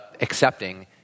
accepting